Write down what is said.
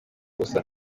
ubusa